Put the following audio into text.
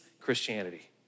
Christianity